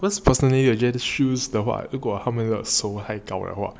because personally 有些 shoe 的话如果他们的